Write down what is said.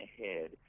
ahead